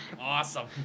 Awesome